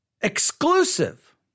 exclusive